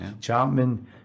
Chapman